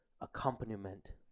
accompaniment